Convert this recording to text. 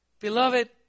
Beloved